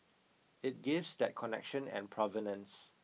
it gives that connection and provenance